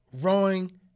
rowing